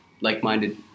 like-minded